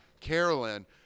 Carolyn